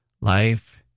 Life